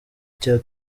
cya